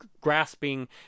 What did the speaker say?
grasping